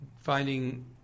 finding